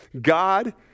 God